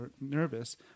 nervous